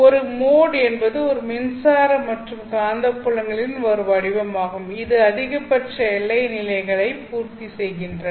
ஒரு மொட் என்பது ஒரு மின்சார மற்றும் காந்தப்புலங்களின் ஒரு வடிவமாகும் இது அதிகபட்ச எல்லை நிலைகளையும் பூர்த்தி செய்கின்றன